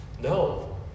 No